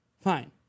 Fine